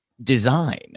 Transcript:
design